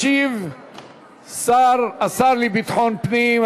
ישיב השר לביטחון פנים,